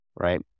right